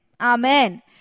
Amen